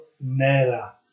Nera